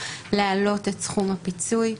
להעלות את סכום הפיצוי.